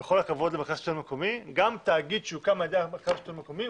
עם כל הכבוד למרכז השלטון המקומי,